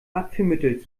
abführmittel